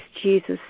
Jesus